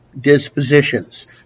dispositions